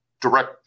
direct